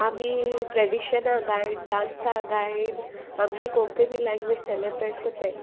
आमी ट्रेडिशनल गायन डांसा गायन आमगे कोंकणी लँग्वेज सेलेब्रेट कोत्ताय